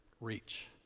reach